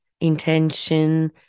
intention